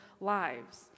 lives